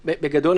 רבותיי,